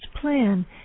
plan